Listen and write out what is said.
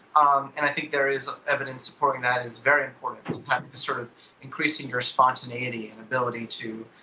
um and i think there is evidence supporting that as very sort of increasing your spontaneity and ability to